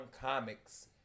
comics